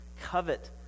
covet